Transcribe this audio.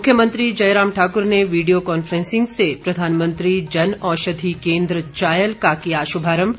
मुख्यमंत्री जयराम ठाकुर ने video conferencing से प्रधानमंत्री जन औषधि केन्द्र चायल का किया शुभारम्भ